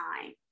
time